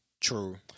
true